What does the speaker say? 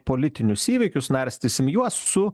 politinius įvykius narstysim juos su